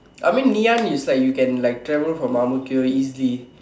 I mean Ngee-Ann is like you can like travel from Ang-Mo-Kio easily